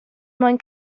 mwyn